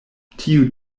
tiu